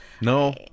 No